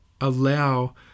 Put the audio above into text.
allow